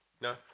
No